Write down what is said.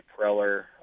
Preller